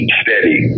steady